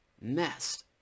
messed